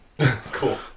Cool